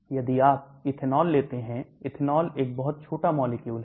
यदि आप ethanol लेते हैं ethanol एक बहुत छोटा मॉलिक्यूल है